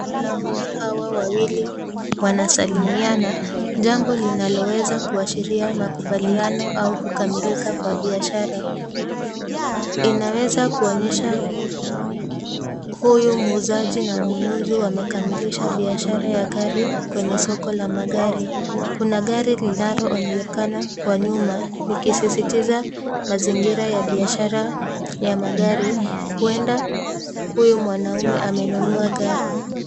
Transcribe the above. Wnaaume hawa waili wanasaliiana jambo linaloweza kuashiria makubaliano au kukamilika kwa biashara. Inaweza kuonyesha huyu muuzaji na mnunuzi wamekamilisha biashara ya gari kwenye soko la magari. Kuna gari linaloonekana kwa nyuma likisisitiza mazingira ya biashara ya magari. Huenda huyu mwanaume amenunua gari.